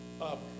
Up